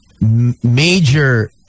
major